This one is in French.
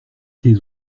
tes